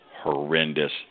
horrendous